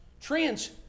Trends